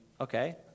okay